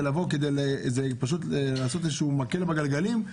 זה פשוט להכניס מקל בגלגלים.